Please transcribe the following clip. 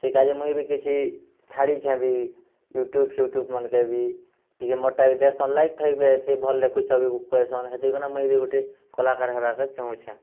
ଠିକ୍ ଅଛେ ମୁଇଁ ବି କିଛି ଛାଡ଼ିଛେଁ ବି ୟୁଟ୍ୟୁବ୍ ଫିୟୁଟ୍ୟୁବ୍ ମାନ୍ କେ ବି ଟିକେ ମୋର୍ ଟା ବି ଦେଖ୍ ଲାଇକ୍ ଫାଇକ୍ ବି ଆଏସି ଭଲ୍ ଆଏସି ଭଲ୍ ଲେଖୁଛ ବି କହେସନ୍ ହେଥିର୍ ପାଇଁ ମୁଇଁ ବି ଗୁଟେ କଲାକାର୍ ହେବାର୍ କେ ଚାହୁଛେଁ